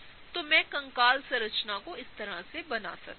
तो मैंकंकाल संरचना को इस तरह बना सकताहूं